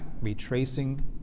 retracing